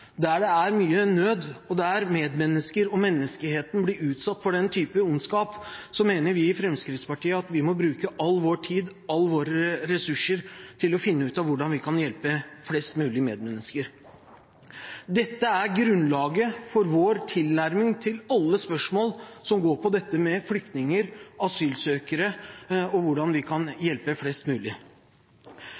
der det er mye nød, og der medmennesker og menneskeheten blir utsatt for den type ondskap, mener vi i Fremskrittspartiet at vi må bruke all vår tid og alle våre ressurser på å finne ut av hvordan vi kan hjelpe flest mulig medmennesker. Dette er grunnlaget for vår tilnærming til alle spørsmål som går på dette med flyktninger og asylsøkere og hvordan vi kan hjelpe flest mulig.